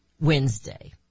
Wednesday